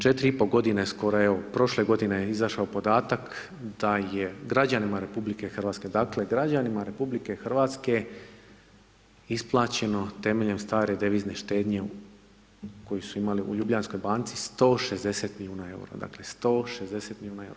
4,5 godine skoro, evo, prošle godine je izašao podatak da je građanima RH, dakle građanima RH isplaćeno temeljem stare devizne štednje koju su imali u Ljubljanskoj banci 160 milijuna eura, dakle 160 milijuna eura.